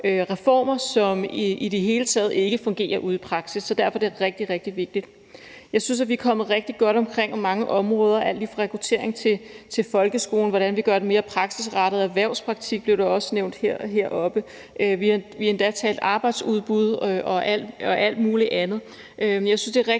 som i det hele taget ikke fungerer ude i praksis. Så derfor er det rigtig, rigtig vigtigt. Jeg synes, at vi er kommet rigtig godt omkring mange af områderne, altså alt lige fra rekruttering til folkeskolen, og hvordan vi gør den mere praksisrettet, og erhvervspraktik blev der også nævnt heroppefra, og vi har endda også talt om arbejdsudbud og alt muligt andet.